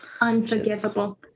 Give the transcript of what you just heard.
Unforgivable